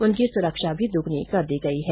उनकी सुरक्षा भी दुग्नी कर दी गयी है